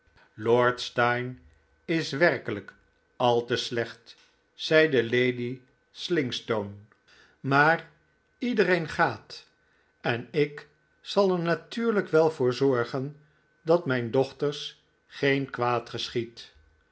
lord steyne is werkelijk al te slecht zeide lady slingstone maar iedereen gaat en ik zal er natuurlijk wel voor zorgen dat mijn dochters geen kwaad geschiedt